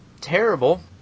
terrible